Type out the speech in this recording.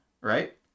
right